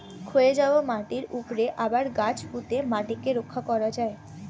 ক্ষয়ে যাওয়া মাটির উপরে আবার গাছ পুঁতে মাটিকে রক্ষা করা যায়